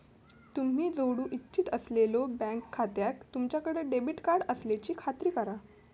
तुम्ही जोडू इच्छित असलेल्यो बँक खात्याक तुमच्याकडे डेबिट कार्ड असल्याची खात्री करा